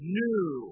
new